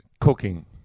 cooking